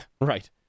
Right